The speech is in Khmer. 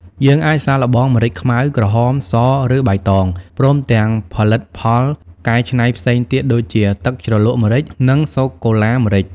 យើងអាចសាកល្បងម្រេចខ្មៅ ក្រហម ស ឬបៃតង ព្រមទាំងផលិតផលកែច្នៃផ្សេងទៀតដូចជា ទឹកជ្រលក់ម្រេច និង សូកូឡាម្រេច ។